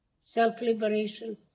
self-liberation